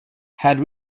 had